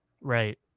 Right